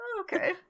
okay